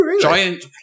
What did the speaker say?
giant